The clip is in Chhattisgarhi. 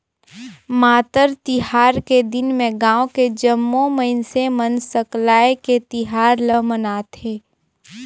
मातर तिहार के दिन में गाँव के जम्मो मइनसे मन सकलाये के तिहार ल मनाथे